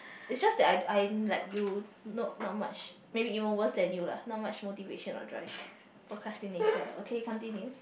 it's just that I I'm like you no not much maybe even worse than you lah not much motivation or drive procrastinator okay continue